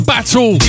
Battle